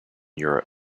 europe